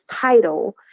title